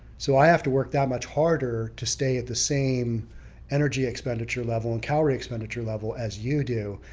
so i have to work that much harder to stay at the same energy expenditure level and calorie expenditure level as you do.